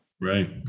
right